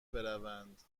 بروند